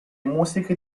musiche